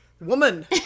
woman